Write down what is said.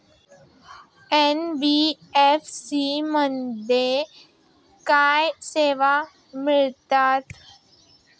NBFC मध्ये काय सेवा मिळतात?